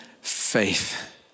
faith